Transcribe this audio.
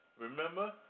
remember